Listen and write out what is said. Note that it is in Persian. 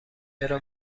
چرا